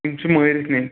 یِمہٕ چھ مأرِتھ نِنۍ